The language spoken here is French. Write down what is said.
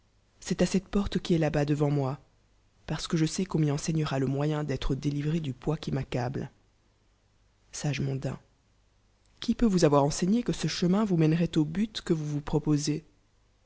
c'est cette t'porte qui est là-bas devant moi parce que je sais qu'on m'y enseignera le moyen d'être délivré do poids qui m'accable sarjé w ondi in qui peut vous avoir enseigné que ce chemin vous mèneroit au but que vous vous proposez